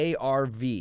ARV